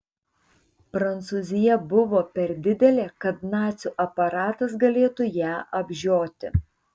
prancūzija buvo per didelė kad nacių aparatas galėtų ją apžioti